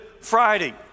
Friday